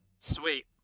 Sweet